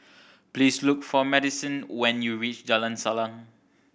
please look for Madisyn when you reach Jalan Salang